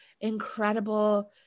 incredible